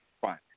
Fine